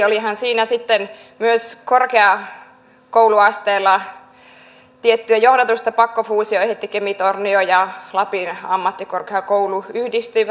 olihan siinä toki sitten myös korkeakouluasteella tiettyä johdatusta pakkofuusiolla kemi tornio ja lapin ammattikorkeakoulu yhdistyivät